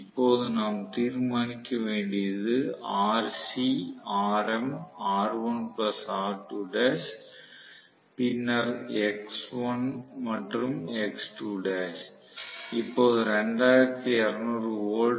இப்போது நாம் தீர்மானிக்க வேண்டியது Rc Rm R1 R2l பின்னர் X1 மற்றும் X2l